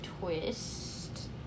twist